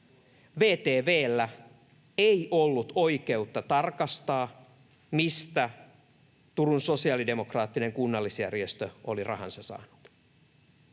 VTV:llä ei ollut oikeutta tarkastaa, mistä Turun Sosialidemokraattinen Kunnallisjärjestö oli rahansa saanut,